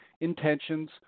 intentions